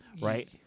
right